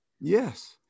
Yes